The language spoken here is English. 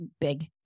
big